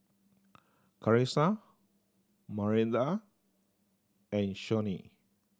Carisa Maranda and Shawnee